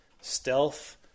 stealth